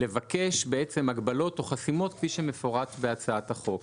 לבקש הגבלות או חסימות כפי שמפורט בהצעת החוק.